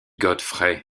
godfrey